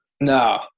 No